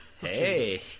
Hey